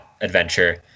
adventure